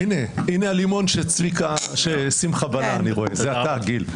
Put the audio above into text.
הנה הלימון ששמחה בלע, אני רואה, זה אתה, גיל.